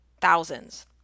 thousands